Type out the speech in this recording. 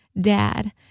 dad